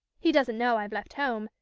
he doesn't know i've left home,